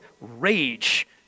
rage